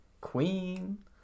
Queen